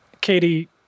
Katie